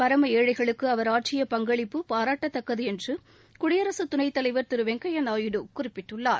பரம் ஏழைகளுக்கு அவர் ஆற்றிய பங்களிப்பு பாராட்டத்தக்கது என்று குடியரசு துணைத்தலைவர் திரு வெங்கையா நாயுடு குறிப்பிட்டுள்ளார்